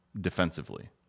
defensively